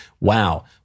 wow